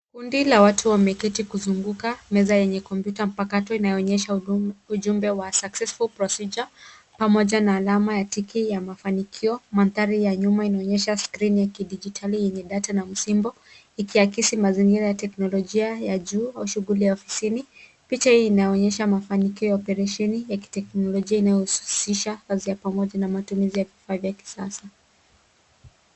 Kundi la watu wameketi wakizunguka meza ya kompyuta mpakato inayoonyesha ujumbe wa successful procedure pamoja na alama ya tiki ya mafanikio. Mandhari ya nyuma inaonyesha skirini ya kidijitali yenye data ya msimbo iki akisi mazingira ya teknolojia ya juu au shughuli ya asili. Picha hii inaonyesha mafanikio ya operesheni ya kiteknolojia inayohusisha kazi ya pamoja na matumizi ya vifaa vya kisasa.